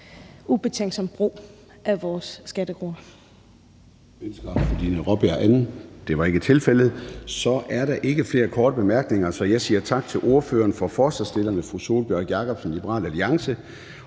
anden korte bemærkning? Det er ikke tilfældet. Så er der ikke flere korte bemærkninger, og jeg siger tak til ordføreren for forslagsstillerne, fru Sólbjørg Jakobsen, Liberal Alliance.